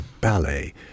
ballet